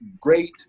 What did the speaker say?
great